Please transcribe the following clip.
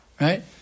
right